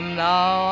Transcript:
now